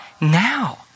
now